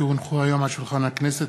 כי הונחו היום על שולחן הכנסת,